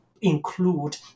include